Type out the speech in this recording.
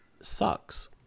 sucks